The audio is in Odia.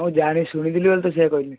ମୁଁ ଜାଣି ଶୁଣିଥିଲି ବୋଲିତ ସେଇଆ କହିଲି